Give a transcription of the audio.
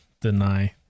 deny